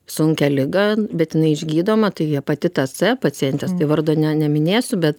sunkią ligą bet jinai išgydoma tai hepatitas c pacientės vardo ne neminėsiu bet